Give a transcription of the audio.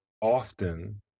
often